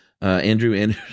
Andrew